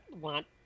want